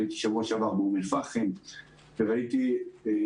הייתי בשבוע שעבר באום אל פחם וראיתי דברים